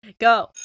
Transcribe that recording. go